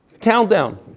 countdown